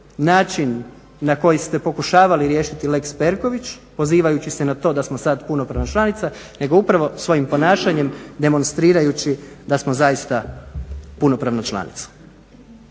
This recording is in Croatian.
način na koji ste pokušavali riješiti lex Perković pozivajući se na to da smo sad punopravna članica, nego upravo svojim ponašanjem demonstrirajući da smo zaista punopravna članica.